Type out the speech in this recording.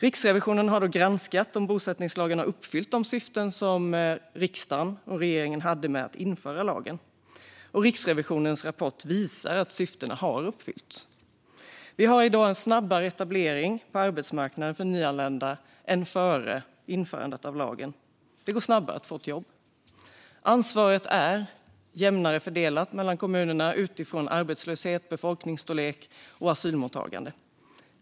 Riksrevisionen har granskat om bosättningslagen har uppfyllt de syften som riksdagen och regeringen hade med att införa lagen, och Riksrevisionens rapport visar att syftena har uppfyllts. Vi har i dag en snabbare etablering på arbetsmarknaden för nyanlända än före införandet av lagen. Det går snabbare att få ett jobb. Ansvaret är jämnare fördelat mellan kommunerna utifrån arbetslöshet, befolkningsstorlek och asylmottagande.